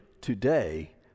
today